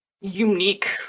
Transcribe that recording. unique